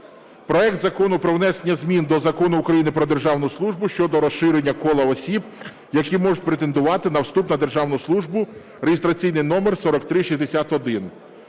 проект Закону про внесення змін до Закону України "Про державну службу" щодо розширення кола осіб, які можуть претендувати на вступ на державну службу (реєстраційний номер 4361).